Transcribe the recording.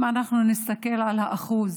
אם אנחנו נסתכל על האחוז